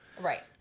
Right